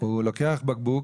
הוא לוקח בקבוק,